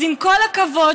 אז עם כל הכבוד,